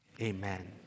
Amen